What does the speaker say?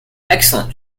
excellent